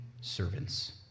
servants